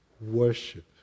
worship